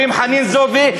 אומרים: חנין זועבי,